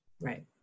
Right